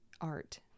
art